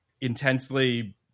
intensely